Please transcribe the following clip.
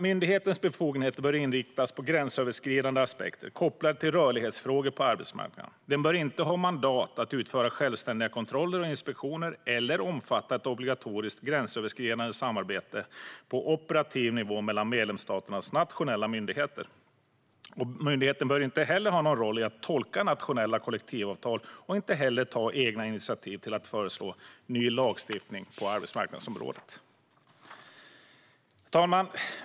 Myndighetens befogenheter bör inriktas på gränsöverskridande aspekter kopplade till rörlighetsfrågor på arbetsmarknaden. Myndigheten bör inte ha mandat att utföra självständiga kontroller och inspektioner eller omfatta ett obligatoriskt gränsöverskridande samarbete på operativ nivå mellan medlemsstaternas nationella myndigheter. Myndigheten bör inte ha någon roll i att tolka nationella kollektivavtal, och den bör inte heller ta några egna initiativ till att föreslå ny lagstiftning på arbetsmarknadsområdet. Herr talman!